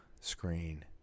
screen